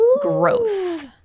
growth